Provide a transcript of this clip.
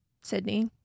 sydney